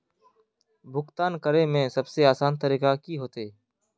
भुगतान करे में सबसे आसान तरीका की होते?